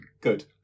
good